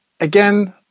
again